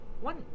one